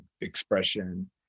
expression